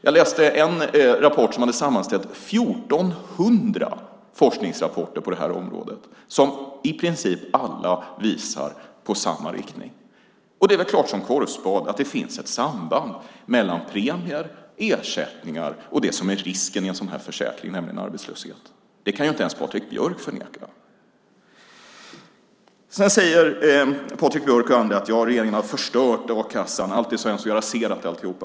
Jag läste en rapport där man hade sammanställt 1 400 forskningsrapporter på det här området som i princip alla visar på samma riktning. Det är klart som korvspad att det finns ett samband mellan premier, ersättningar och det som är risken i en sådan här försäkring, nämligen arbetslöshet. Det kan ju inte ens Patrik Björck förneka. Sedan säger Patrik Björck och andra att regeringen har förstört a-kassan. Allt är hemskt. Vi har raserat alltihop.